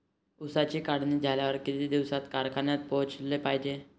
ऊसाची काढणी झाल्यावर किती दिवसात कारखान्यात पोहोचला पायजे?